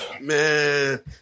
man